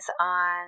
on